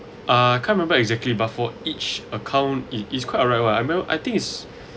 uh I can't remember exactly but for each account it is quite alright one I remember I think it's